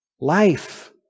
Life